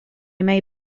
may